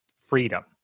freedom